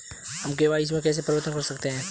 हम के.वाई.सी में कैसे परिवर्तन कर सकते हैं?